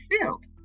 filled